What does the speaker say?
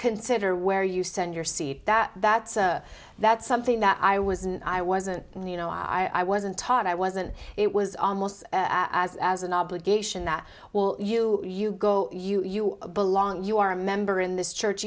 consider where you send your seat that that that's something that i was and i wasn't you know i wasn't taught i wasn't it was almost as as an obligation that will you you go you belong you are a member in this church